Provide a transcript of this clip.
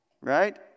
right